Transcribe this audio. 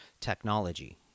technology